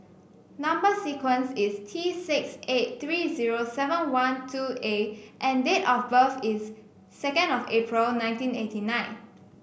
number sequence is T six eight three zero seven one two A and date of birth is second of April nineteen eighty nine